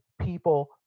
people